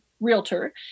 realtor